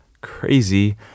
Crazy